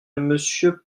monsieur